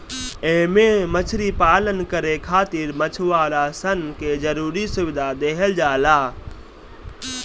एमे मछरी पालन करे खातिर मछुआरा सन के जरुरी सुविधा देहल जाला